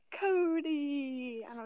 Cody